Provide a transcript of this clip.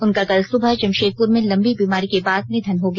उनका कल सुबह जमशेदपुर में लंबी बीमारी के बाद निधन हो गया